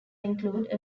include